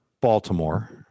Baltimore